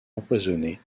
empoisonné